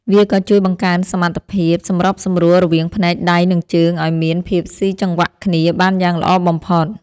វាក៏ជួយបង្កើនសមត្ថភាពសម្របសម្រួលរវាងភ្នែក ដៃ និងជើង ឱ្យមានភាពស៊ីចង្វាក់គ្នាបានយ៉ាងល្អបំផុត។